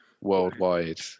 worldwide